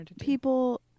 People